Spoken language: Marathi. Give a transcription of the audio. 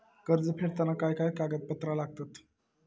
कर्ज फेडताना काय काय कागदपत्रा लागतात?